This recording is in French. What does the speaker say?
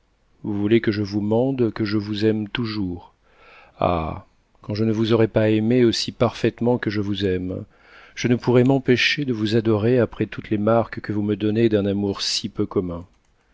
vous voulez que je vous mande que je vous aime toujours ah quand je ne vous aurais pas aimée aussi parmiement que je vous aime je ne pourrais m'empêcher de vous adorer après toutes les marques que vous me donnez d'un amour si peu commun